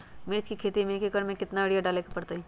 मिर्च के खेती में एक एकर में कितना यूरिया डाले के परतई?